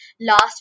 last